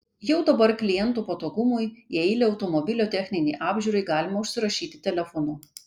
jau dabar klientų patogumui į eilę automobilio techninei apžiūrai galima užsirašyti telefonu